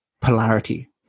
polarity